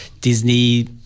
Disney